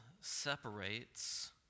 separates